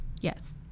Yes